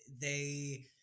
they-